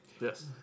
Yes